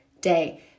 day